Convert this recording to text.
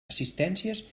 assistències